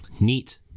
Neat